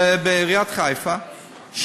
בעיריית חיפה,